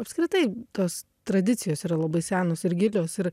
apskritai tos tradicijos yra labai senos ir gilios ir